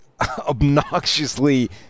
obnoxiously